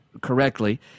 correctly